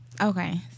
Okay